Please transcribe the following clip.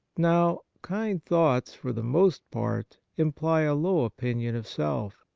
now, kind thoughts for the most part imply a low opinion of self.